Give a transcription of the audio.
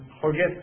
forget